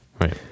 right